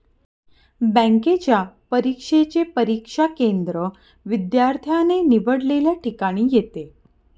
बँकेच्या परीक्षेचे परीक्षा केंद्र विद्यार्थ्याने निवडलेल्या ठिकाणी येते